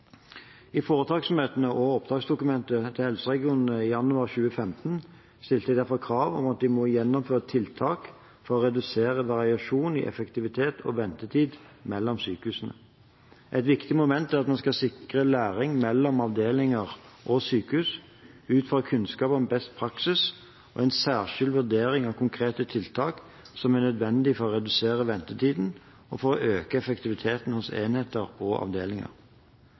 I foretaksmøtene og i oppdragsdokumentet til helseregionene i januar 2015 stilte jeg derfor krav om at de må gjennomføre tiltak for å redusere variasjoner i effektivitet og ventetid mellom sykehusene. Et viktig moment er at man skal sikre læring mellom avdelinger og sykehus ut fra kunnskap om beste praksis og en særskilt vurdering av konkrete tiltak som er nødvendig for å redusere ventetider og øke effektiviteten hos enheter og avdelinger.